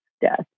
death